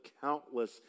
countless